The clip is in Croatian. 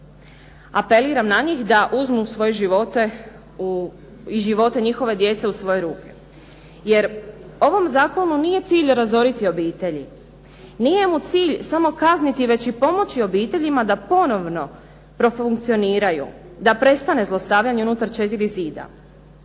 Apeliram na njih da uzmu svoje živote i živote njihove djece u svoje ruke, jer ovom zakonu nije cilj razoriti obitelji, nije mu cilj samo kazniti već i pomoći obiteljima da ponovno profunkcioniraju, da prestane zlostavljanje unutar četiri zida.